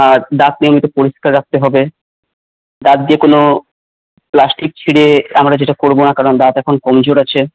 আর দাঁত নিয়মিত পরিষ্কার রাখতে হবে দাঁত দিয়ে কোনও প্লাস্টিক ছিড়ে আমরা যেটা করব না কারন দাঁত এখন কমজোর আছে